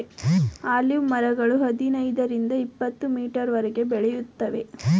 olive ಮರಗಳು ಹದಿನೈದರಿಂದ ಇಪತ್ತುಮೀಟರ್ವರೆಗೆ ಬೆಳೆಯುತ್ತವೆ